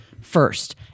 First